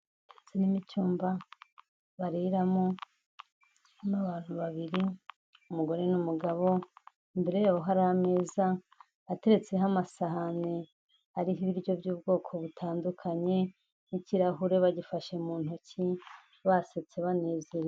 Inzu irimo icyumba bariramo, harimo abantu babiri umugore n'umugabo, imbere yabo hari ameza ateretseho amasahani, ariho ibiryo by'ubwoko butandukanye, nk'ikirahure bagifashe mu ntoki, basetse banezere...